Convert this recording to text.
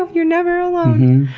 ah you're never alone.